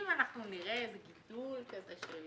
אם אנחנו נראה איזה גידול של 50%,